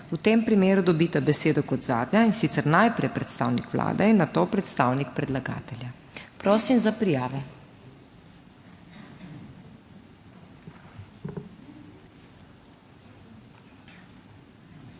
V tem primeru dobita besedo kot zadnja, in sicer najprej predstavnik Vlade in nato predstavnik predlagatelja. Prosim za prijave.